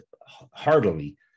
heartily